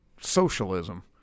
socialism